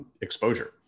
exposure